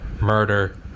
murder